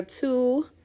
two